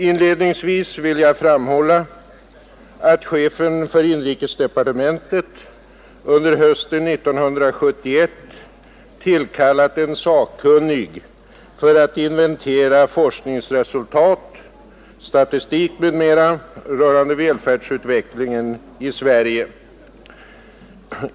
Inledningsvis vill jag framhålla att chefen för inrikesdepartementet under hösten 1971 tillkallat en sakkunnig för att inventera forskningsresultat, statistik m.m. rörande välfärdsutvecklingen i Sverige.